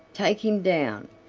take him down.